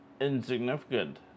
insignificant